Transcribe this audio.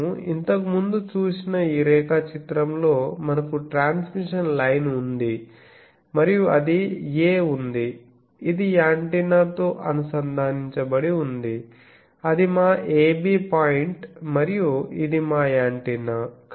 మేము ఇంతకుముందు చూసిన ఈ రేఖాచిత్రంలో మనకు ట్రాన్స్మిషన్ లైన్ ఉంది మరియు అది a ఉంది ఇది యాంటెన్నాతో అనుసంధానించబడి ఉంది అది మా ab పాయింట్ మరియు ఇది మా యాంటెన్నా